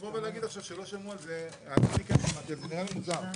להגיד עכשיו שלא שמעו על זה אני כן שמעתי על זה זה נראה לי מוזר.